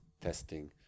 testing